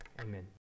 amen